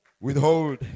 withhold